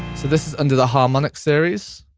so this is under the harmonic series.